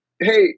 Hey